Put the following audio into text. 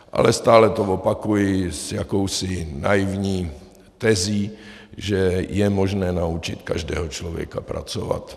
Ale stále to opakuji s jakousi naivní tezí, že je možné naučit každého člověka pracovat.